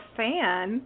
fan